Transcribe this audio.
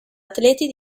atleti